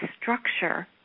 structure